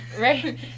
Right